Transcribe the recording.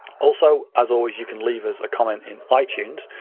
also, as always, you can leave us a comment in like itunes.